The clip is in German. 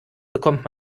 bekommt